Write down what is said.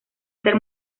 ser